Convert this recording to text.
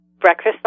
breakfast